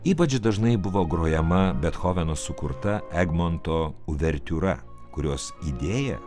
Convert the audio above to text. ypač dažnai buvo grojama bethoveno sukurta egmonto uvertiūra kurios idėja